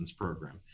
program